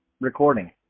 recording